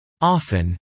Often